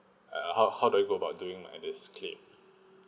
uh how how do I go about doing my this claim